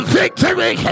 victory